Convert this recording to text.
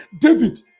David